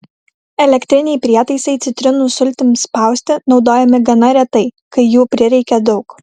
elektriniai prietaisai citrinų sultims spausti naudojami gana retai kai jų prireikia daug